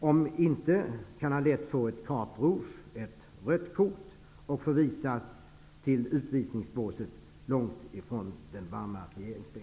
Om inte kan han lätt få ett carte rouge, ett rött kort, och förvisas till utvisningsbåset, långt ifrån den varma regeringsbänken.